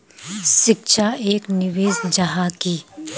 शिक्षा एक निवेश जाहा की?